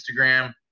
Instagram